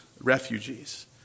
refugees